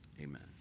amen